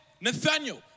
Nathaniel